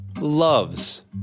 loves